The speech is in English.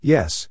Yes